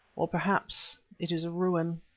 or perhaps it is ruin.